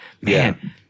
man